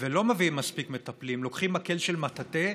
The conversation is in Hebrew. ולא מביאים מספיק מטפלים, לוקחים מקל של מטאטא,